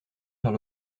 vers